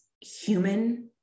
human